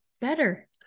better